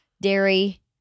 dairy